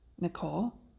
Nicole